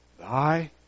Thy